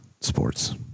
sports